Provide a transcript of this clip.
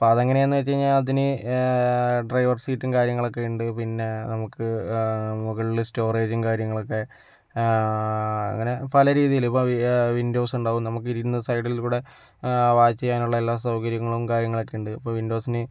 അപ്പോൾ അതെങ്ങനെയാണെന്ന് വച്ചു കഴിഞ്ഞാൽ അതിന് ഡ്രൈവർ സീറ്റും കാര്യങ്ങളൊക്കെയുണ്ട് പിന്നെ നമുക്ക് മുകളില് സ്റ്റോറേജും കാര്യങ്ങളൊക്കെ അങ്ങനെ പല രീതിയില് ഇപ്പോൾ വിൻഡോസ് ഉണ്ടാവും നമുക്ക് ഇരുന്ന് സൈഡിലൂടെ വാച്ച് ചെയ്യാനുള്ള എല്ലാ സൗകര്യങ്ങളും കാര്യങ്ങളൊക്കെയുണ്ട് ഇപ്പോൾ വിൻഡോസിന്